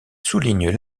soulignent